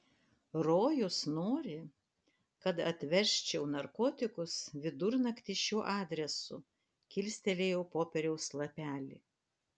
rojus nori kad atvežčiau narkotikus vidurnaktį šiuo adresu kilstelėjau popieriaus lapelį